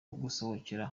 gusohokera